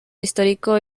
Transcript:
histórico